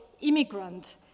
immigrant